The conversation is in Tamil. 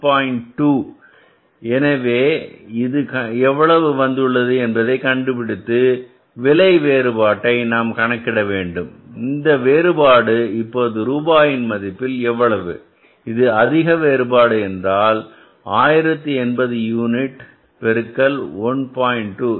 2 எனவே இது எவ்வளவு வந்துள்ளது என்பதை கண்டுபிடித்து விலை வேறுபாட்டை நாம் கணக்கிட வேண்டும் இந்த வேறுபாடு இப்போது ரூபாயின் மதிப்பில் எவ்வளவு இது அதிக வேறுபாடு என்றால் 1080 யூனிட் பெருக்கல் 1